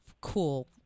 cool